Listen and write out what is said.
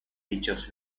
dichos